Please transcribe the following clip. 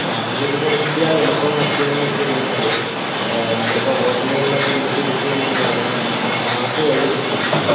സാങ്കേതികവിദ്യ എളുപ്പമാക്കിയതെന്ന് വെച്ചുകഴിഞ്ഞാൽ നമ്മൾ ഇപ്പോൾ ഹോട്ടലുകളിലൊക്കെ വിളിച്ച് ബുക്ക് ചെയ്യുന്നതിന് പകരം നമുക്ക് ഇപ്പോൾ ആപ്പ് വഴി നമുക്ക് ബുക്ക് ചെയ്യാം